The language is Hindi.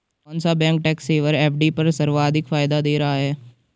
कौन सा बैंक टैक्स सेवर एफ.डी पर सर्वाधिक फायदा दे रहा है?